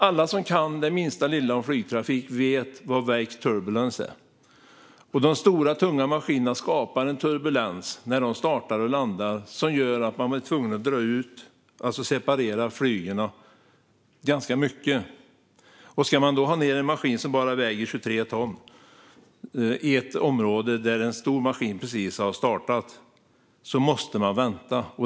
Alla som kan det minsta lilla om flygtrafik vet vad wake turbulence är. De stora, tunga maskinerna skapar en turbulens när de startar och landar som gör att man blir tvungen att separera flygen ganska mycket. Ska man då ha ned en maskin som bara väger 23 ton i ett område där en stor maskin precis har startat måste man vänta.